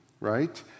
right